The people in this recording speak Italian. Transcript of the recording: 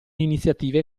iniziative